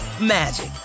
magic